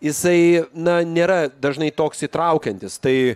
jisai na nėra dažnai toks įtraukiantis tai